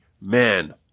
man